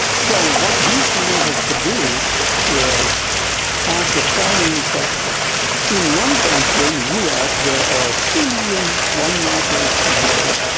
so what we've been able to do is ask the following question in lung cancer in the us there are three million lung nodules a year,